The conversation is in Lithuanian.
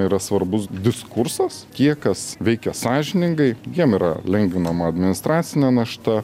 yra svarbus diskursas kiek kas veikia sąžiningai jiem yra lengvinama administracinė našta